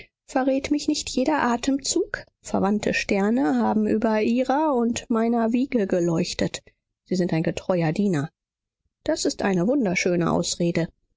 verrät mich nicht jeder atemzug verwandte sterne haben über ihrer und meiner wiege geleuchtet sie sind ein getreuer diener das ist eine wunderschöne ausrede